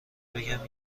بگم